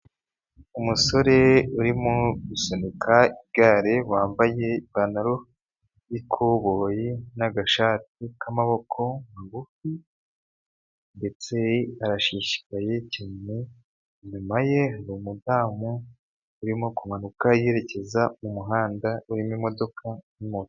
Umusore urimo gusunika igare wambaye ipantaro y'ikuboboyi n'agashati k'amaboko magufi ndetse arashishikaye cyane, inyuma ye hari umudamu urimo kumanuka yerekeza mu muhanda urimo imodoka na moto.